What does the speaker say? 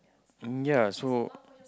um ya so